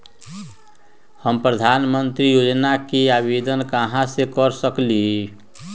हम प्रधानमंत्री योजना के आवेदन कहा से कर सकेली?